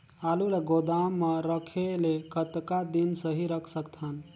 आलू ल गोदाम म रखे ले कतका दिन सही रख सकथन?